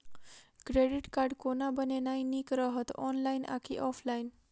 Credit card कोना बनेनाय नीक रहत? ऑनलाइन आ की ऑफलाइन?